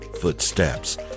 footsteps